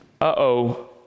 Uh-oh